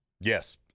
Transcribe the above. Yes